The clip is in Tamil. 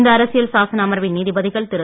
இந்த அரசியல் சாசன அமர்வில் நீதிபதிகள் திரு